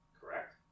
correct